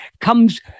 comes